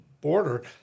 border